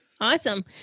Awesome